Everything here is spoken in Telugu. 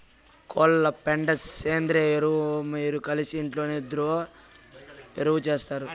కోళ్ల పెండ సేంద్రియ ఎరువు మీరు కలిసి ఇంట్లోనే ద్రవ ఎరువు చేస్తారు